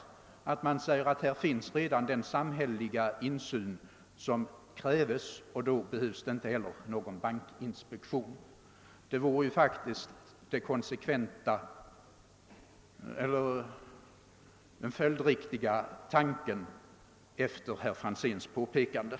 Det vore faktiskt följdriktigt om herr Franzén sade att den samhälleliga insyn som krävs redan finns därmed och att det inte behövs någon bankinspektion.